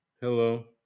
Hello